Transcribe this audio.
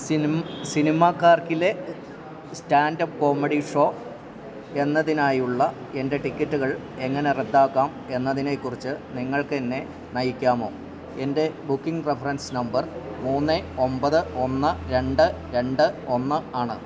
സിനിമാക്കാര്ക്കിലെ standup comedy show എന്നതിനായുള്ള എൻ്റെ ടിക്കറ്റുകൾ എങ്ങനെ റദ്ദാക്കാമെന്നതിനെക്കുറിച്ച് നിങ്ങൾക്കെന്നെ നയിക്കാമോ എൻ്റെ ബുക്കിംഗ് റഫറൻസ് നമ്പർ മൂന്ന് ഒമ്പത് ഒന്ന് രണ്ട് രണ്ട് ഒന്ന് ആണ്